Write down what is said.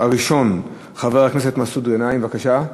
הראשון, חבר הכנסת מסעוד גנאים, בבקשה.